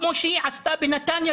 כמו שהיא עשתה בנתניה,